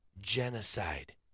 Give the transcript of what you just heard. genocide